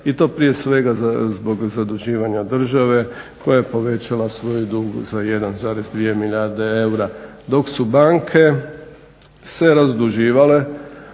i to prije svega zbog zaduživanja države koja je povećala svoj dug za 1,2 milijarde eura dok su banke se razduživala,